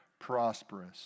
prosperous